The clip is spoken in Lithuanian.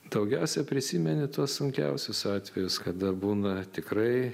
daugiausia prisimeni tuos sunkiausius atvejus kada būna tikrai